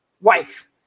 Wife